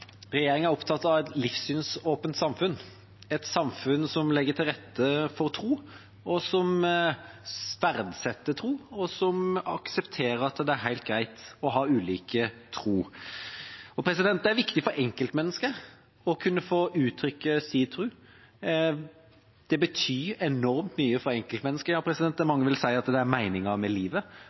Regjeringa er opptatt av et livssynsåpent samfunn, et samfunn som legger til rette for tro, og som verdsetter tro, og som aksepterer at det er helt greit å ha ulik tro. Det er viktig for enkeltmennesket å kunne få uttrykke sin tro. Det betyr enormt mye for enkeltmennesket, mange vil si at det er meningen med livet,